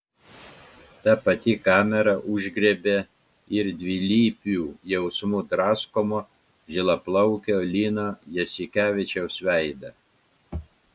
ta pati kamera užgriebė ir dvilypių jausmų draskomo žilaplaukio lino jasikevičiaus veidą